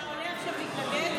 אתה עולה עכשיו להתנגד?